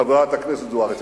חברת הכנסת זוארץ,